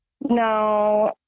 No